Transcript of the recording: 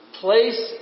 place